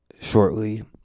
shortly